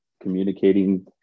communicating